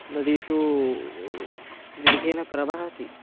नदी तु वेगेन प्रवहति